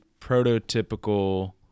prototypical